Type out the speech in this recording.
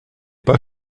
pas